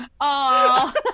Aww